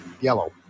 yellow